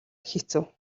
хэцүү